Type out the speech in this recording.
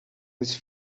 his